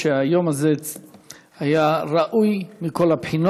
היום התקיימה הפגנה של העולים תושבי מרכז הקליטה מבשרת ציון.